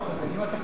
אם אתה כבר שואל.